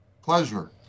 Pleasure